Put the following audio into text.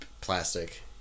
plastic